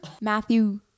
Matthew